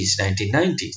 1990s